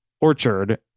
Orchard